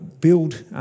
build